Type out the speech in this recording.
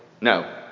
no